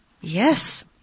Yes